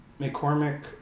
McCormick